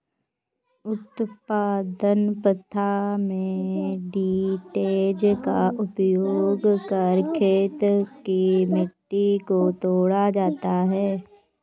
उत्पादन प्रथा में टिलेज़ का उपयोग कर खेत की मिट्टी को तोड़ा जाता है